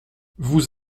vous